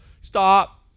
stop